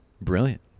Brilliant